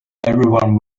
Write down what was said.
everyone